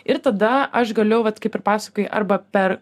ir tada aš galiu vat kaip ir pasakojai arba per